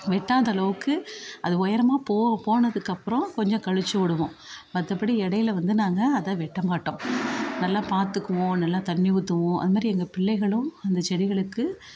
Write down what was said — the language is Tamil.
வெட்டாத அளவுக்கு அது உயரமாக போ போனதுக்கப்றம் கொஞ்சம் கழிச்சி விடுவோம் மற்றபடி இடையில வந்து நாங்கள் அதை வெட்ட மாட்டோம் நல்லா பார்த்துக்குவோம் நல்லா தண்ணி ஊற்றுவோம் அது மாரி எங்கள் பிள்ளைகளும் அந்த செடிகளுக்கு